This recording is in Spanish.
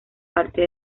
parte